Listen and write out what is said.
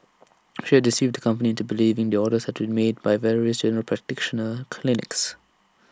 she had deceived the company into believing the orders had been made by various general practitioner clinics